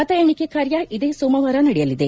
ಮತ ಎಣೆಕೆ ಕಾರ್ಯ ಇದೇ ಸೋಮವಾರ ನಡೆಯಲಿದೆ